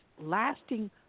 lasting